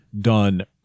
done